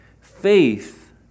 Faith